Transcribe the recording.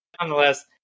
nonetheless